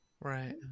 Right